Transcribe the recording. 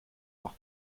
noch